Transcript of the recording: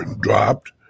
dropped